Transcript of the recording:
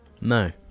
No